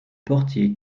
portier